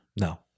no